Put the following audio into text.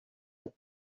that